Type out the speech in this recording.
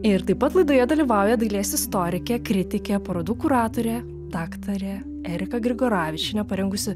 ir taip pat laidoje dalyvauja dailės istorikė kritikė parodų kuratorė daktarė erika grigoravičienė parengusi